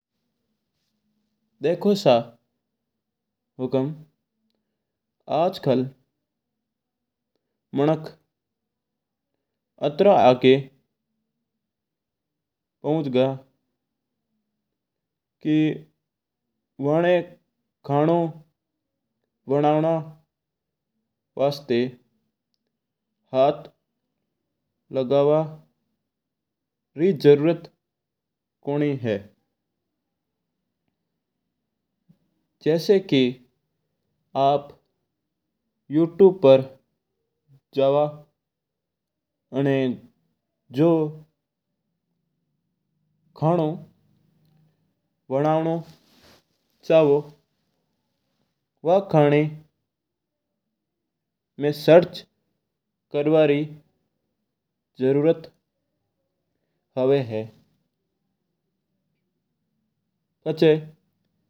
देखो सा हुकम आज कल मणक आत्रा आगे पोच गा कि बाना खाणो बनावणा वास्ता हाथ लगावा री जरुरत कोनी है। जसा की आप यूट्यूब पर जवा जो खाणो बनावणो चाहो वा खाटा ना सर्च करना री जरुरत हुआ है बू आपणा आप ही आजावा है।